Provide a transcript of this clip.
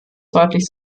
deutlich